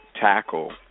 tackle